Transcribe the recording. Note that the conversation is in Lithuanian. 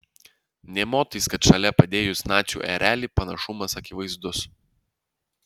nė motais kad šalia padėjus nacių erelį panašumas akivaizdus